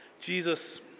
Jesus